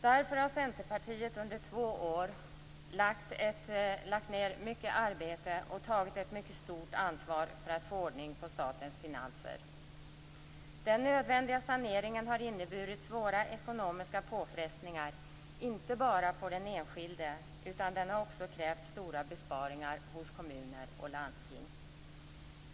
Därför har Centerpartiet under två år lagt ned mycket arbete och tagit ett mycket stort ansvar för att få ordning på statens finanser. Den nödvändiga saneringen har inneburit svåra ekonomiska påfrestningar inte bara för den enskilde, utan den har också krävt stora besparingar hos kommuner och landsting.